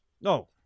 No